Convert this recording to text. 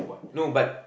no but